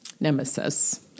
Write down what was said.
nemesis